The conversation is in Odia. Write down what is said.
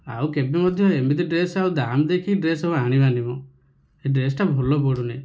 ଆଉ କେବେ ମଧ୍ୟ ଏମିତି ଡ୍ରେସ ଆଉ ଦାମ୍ ଦେଖିକି ଡ୍ରେସ ଆଉ ଆଣିବା ନାହିଁ ଏ ଡ୍ରେସଟା ଭଲ ପଡ଼ୁ ନାହିଁ